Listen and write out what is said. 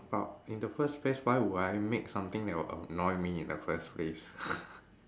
but in the first place why would I make something that would annoy me in the first place